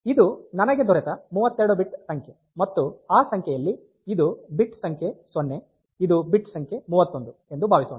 ಇದು ನನಗೆ ದೊರೆತ 32 ಬಿಟ್ ಸಂಖ್ಯೆ ಮತ್ತು ಆ ಸಂಖ್ಯೆಯಲ್ಲಿ ಇದು ಬಿಟ್ ಸಂಖ್ಯೆ 0 ಇದು ಬಿಟ್ ಸಂಖ್ಯೆ 31 ಎಂದು ಭಾವಿಸೋಣ